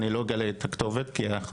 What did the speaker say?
אני לא אגלה את הכתובת כי היא חסויה,